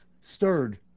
stirred